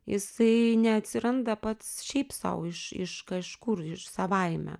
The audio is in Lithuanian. jisai neatsiranda pats šiaip sau iš iš kažkur savaime